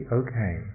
okay